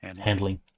Handling